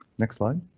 next slide.